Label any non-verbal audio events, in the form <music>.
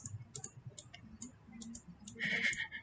<laughs>